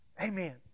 Amen